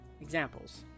Examples